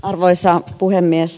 arvoisa puhemies